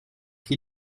être